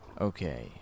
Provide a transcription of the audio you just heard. Okay